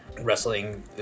wrestling